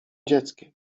dzieckiem